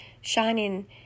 shining